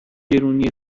گرونی